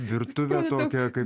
virtuvė tokia kaip